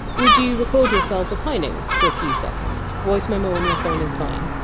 would you record yourself opining for a few seconds? voice memo on your phone is fine.